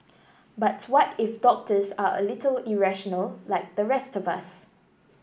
but what if doctors are a little irrational like the rest of us